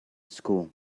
school